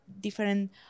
different